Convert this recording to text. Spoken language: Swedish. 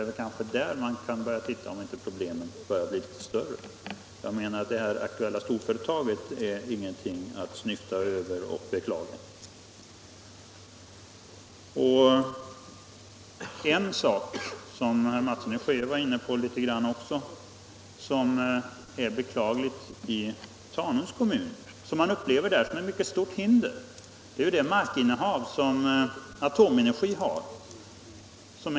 Där kan man kanske se om inte problemen börjar bli litet större. Det här aktuella storföretaget är däremot ingenting att snyfta över och beklaga. Herr Mattsson i Skee var inne på en sak som man i Tanums kommun upplever som beklaglig och som ett mycket stort hinder, nämligen AB Atomenergis markinnehav.